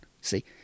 See